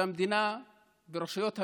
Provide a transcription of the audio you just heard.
והמדינה ורשויות המדינה,